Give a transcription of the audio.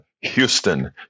Houston